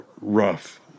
rough